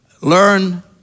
learn